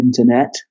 internet